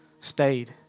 stayed